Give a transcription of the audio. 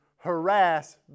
harass